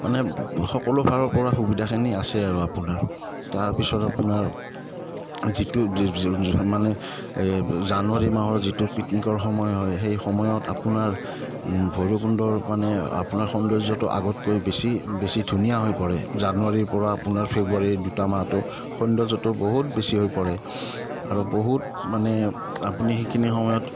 মানে সকলোফাৰৰ পৰা সুবিধাখিনি আছে আৰু আপোনাৰ তাৰপিছত আপোনাৰ যিটো মানে জানুৱাৰী মাহৰ যিটো পিকনিকৰ সময় হয় সেই সময়ত আপোনাৰ ভৈৰুৱকুণ্ডৰ মানে আপোনাৰ সৌন্দৰ্যটো আগতকৈ বেছি বেছি ধুনীয়া হৈ পৰে জানুৱাৰীৰ পৰা আপোনাৰ ফেব্ৰুৱাৰী দুটা মাহটো সৌন্দৰ্যটো বহুত বেছি হৈ পৰে আৰু বহুত মানে আপুনি সেইখিনি সময়ত